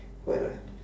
what ah